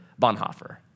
Bonhoeffer